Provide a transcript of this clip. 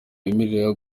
bemererwa